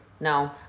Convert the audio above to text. No